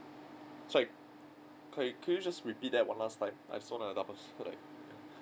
sorry can you can you just repeat that one last time I just wanna double check